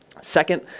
Second